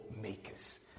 makers